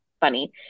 funny